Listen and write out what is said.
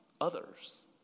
others